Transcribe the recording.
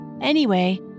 Anyway